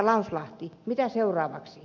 lauslahti mitä seuraavaksi